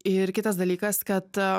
ir kitas dalykas kad